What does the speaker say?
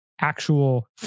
actual